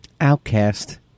Outcast